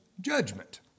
judgment